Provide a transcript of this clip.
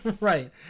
Right